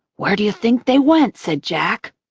where do you think they went? said jack.